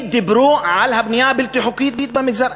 דיברו על הבנייה הבלתי-חוקית במגזר,